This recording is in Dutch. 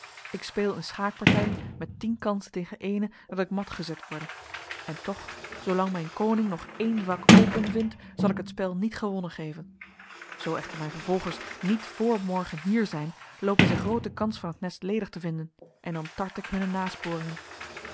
ik speel een schaakpartij met tien kansen tegen ééne dat ik mat gezet worde en toch zoolang mijn koning nog één vak open vindt zal ik het spel niet gewonnen geven zoo echter mijn vervolgers niet voor morgen hier zijn loopen zij groote kans van het nest ledig te vinden en dan tart